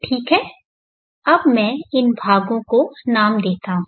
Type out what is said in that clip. ठीक है अब मैं इन भागों का नाम देता हूँ